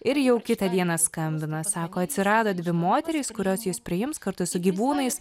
ir jau kitą dieną skambina sako atsirado dvi moterys kurios jus priims kartu su gyvūnais